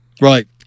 Right